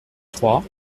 trois